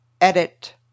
edit